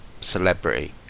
celebrity